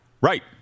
Right